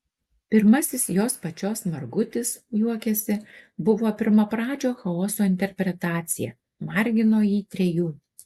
pirmasis jos pačios margutis juokiasi buvo pirmapradžio chaoso interpretacija margino jį trejų